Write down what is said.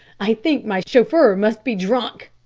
i think my chauffeur must be drunk,